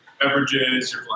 beverages